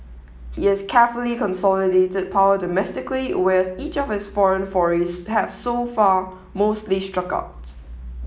he has carefully consolidated power domestically whereas each of his foreign forays have so far mostly struck out